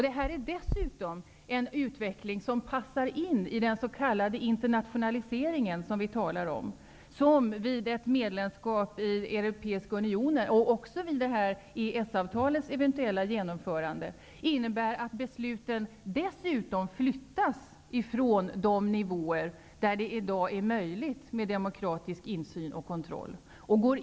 Detta är också en utveckling som passar in i den s.k. internationalisering som vi talar om och som, vid ett medlemskap i Europeiska unionen och vid EES avtalets eventuella genomförande, innebär att beslutsfattandet flyttas från de nivåer där demokratisk insyn och kontroll i dag är möjlig.